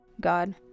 God